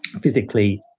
physically